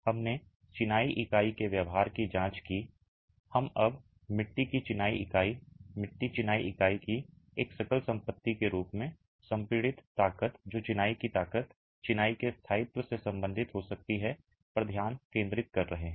हमने चिनाई इकाई के व्यवहार की जांच की हम अब मिट्टी की चिनाई इकाई मिट्टी चिनाई इकाई की एक एकल संपत्ति के रूप में संपीड़ित ताकत जो चिनाई की ताकत चिनाई के स्थायित्व से संबंधित हो सकती है पर ध्यान केंद्रित कर रहे हैं